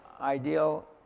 ideal